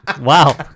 Wow